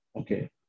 Okay